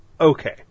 Okay